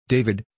David